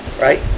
right